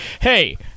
Hey